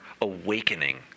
awakening